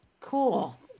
Cool